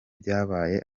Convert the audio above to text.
byabaye